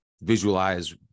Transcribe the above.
visualize